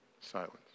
silence